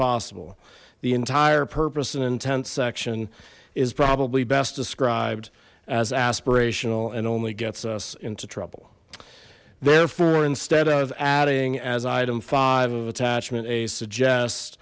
possible the entire purpose and intent section is probably best described as aspirational and only gets us into trouble therefore instead of adding as item five of attachment a suggest